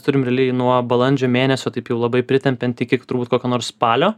turim realiai nuo balandžio mėnesio taip jau labai pritempiant iki turbūt kokio nors spalio